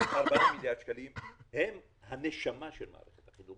הם הנשמה של מערכת החינוך.